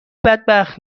بدبخت